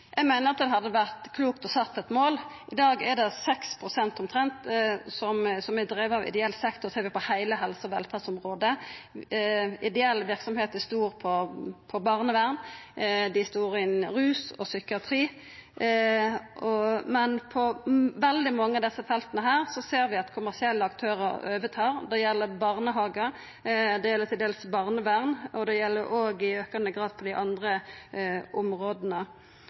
Eg meiner at det hadde vore klokt å setja eit mål. I dag er det, dersom vi ser på heile helse- og velferdsområdet, omtrent 6 pst. som er drive av ideell sektor. Ideell verksemd er stor innan barnevern, rus og psykiatri, men på veldig mange av desse felta ser vi at kommersielle aktørar tar over; det gjeld barnehagar, det gjeld til dels barnevern, og det gjeld i aukande grad på dei andre områda.